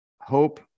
hope